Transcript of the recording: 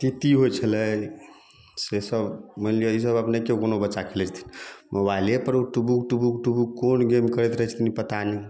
तीती होइ छलै से सब मानि लिअ ईसब अपने नहि कोनो बच्चा खेलै छथिन मोबाइले पर ओ टूबुक टूबुक कोन गेम करैत रहै छथिन पता नहि